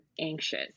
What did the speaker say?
anxious